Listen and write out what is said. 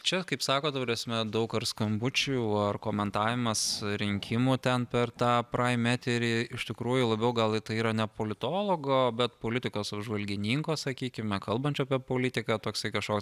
čia kaip sakot ta prasme daug ar skambučių ar komentavimas surinkimų ten per tą praim eterį iš tikrųjų labiau gal tai yra ne politologo bet politikos apžvalgininko sakykime kalbančio apie politiką toksai kažkoks